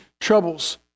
troubles